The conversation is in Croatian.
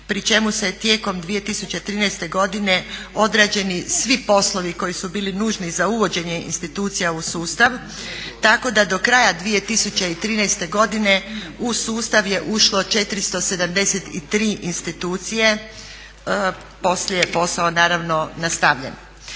pri čemu se tijekom 2013.godine odrađeni svi poslovi koji su bili nužni za uvođenje institucija u sustav, tako da do kraja 2013.godine u sustavu je ušlo 473 institucije, poslije je posao naravno nastavljen.